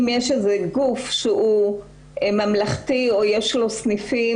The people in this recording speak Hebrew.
אם יש איזה גוף שהוא ממלכתי או יש לו סניפים,